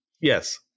Yes